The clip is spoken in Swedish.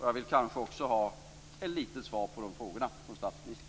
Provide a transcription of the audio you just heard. Jag vill kanske också ha ett litet svar på frågorna från statsministern.